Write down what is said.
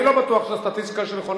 אני לא בטוח שהסטטיסטיקה שלך נכונה,